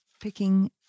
picking